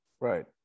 Right